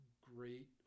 great